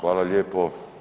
Hvala lijepo.